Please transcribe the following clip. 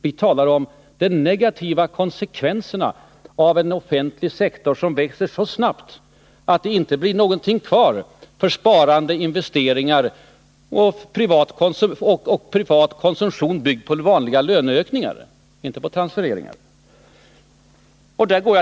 Vi talar om de negativa konsekvenserna av en offentlig sektor som växer så snabbt att det inte blir någonting kvar för sparande, investeringar och privat konsumtion, byggd på vanliga löneökningar — inte på transfereringar.